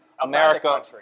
America